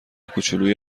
کوچولوی